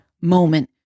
moment